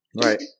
Right